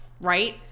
right